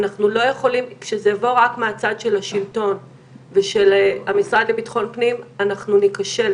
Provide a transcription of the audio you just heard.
כשזה יבוא רק מהצד של השלטון ושל המשרד לביטחון הפנים אנחנו ניכשל.